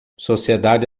sociedade